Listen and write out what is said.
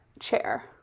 chair